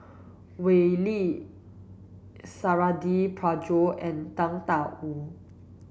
Wee Lin Suradi Parjo and Tang Da Wu